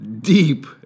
deep